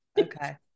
okay